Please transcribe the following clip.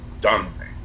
done